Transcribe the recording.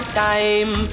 time